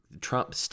Trump